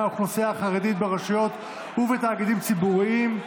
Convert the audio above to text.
האוכלוסייה החרדית ברשויות ובתאגידים ציבוריים,